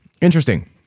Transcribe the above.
Interesting